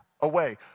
away